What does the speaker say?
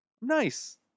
Nice